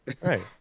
Right